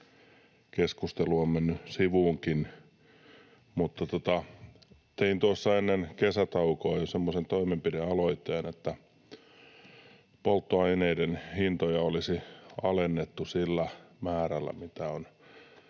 keskustelu on mennyt sivuunkin, mutta tein tuossa jo ennen kesätaukoa semmoisen toimenpidealoitteen, että polttoaineiden hintoja olisi alennettu sillä määrällä, mitä on